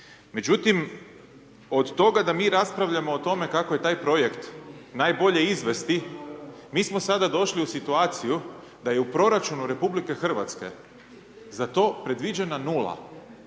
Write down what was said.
Međutim, od toga da mi raspravljamo o tome kako je taj projekt najbolje izvesti, mi smo sada došli u situaciju da je u proračunu RH za to predviđena nula,